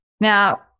Now